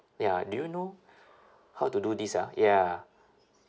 ya do you know how to do this ah ya